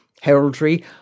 heraldry